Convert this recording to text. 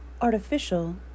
artificial